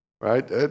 Right